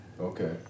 Okay